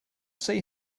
see